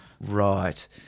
right